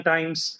Times